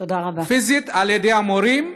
מילידי ישראל,